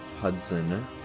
Hudson